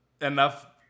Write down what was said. enough